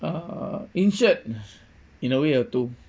uh insured in a way or two